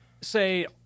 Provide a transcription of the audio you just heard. say